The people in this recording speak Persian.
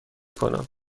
کنم